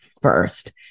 first